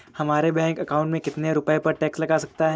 हमारे bank account में कितने रुपये पर टैक्स लग सकता है?